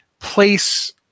place